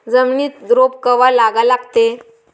जमिनीत रोप कवा लागा लागते?